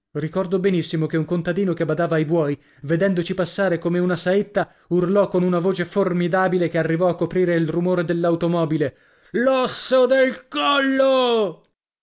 ricordo benissimo che un contadino che badava ai buoi vedendoci passare come una saetta urlò con una voce formidabile che arrivò a coprire il rumore dell'automobile l'osso del collo